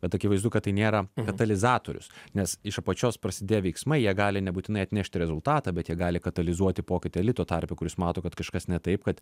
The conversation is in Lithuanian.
bet akivaizdu kad tai nėra katalizatorius nes iš apačios prasidėję veiksmai jie gali nebūtinai atnešti rezultatą bet jie gali katalizuoti pokytį elito tarpe kuris mato kad kažkas ne taip kad